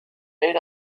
إلى